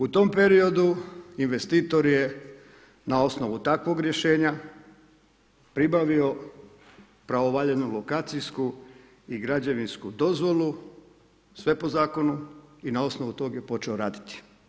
U tom periodu investitor je na osnovu takvog rješenja pribavio pravovaljanu lokacijsku i građevinsku dozvolu, sve po zakonu i na osnovu toga je počeo raditi.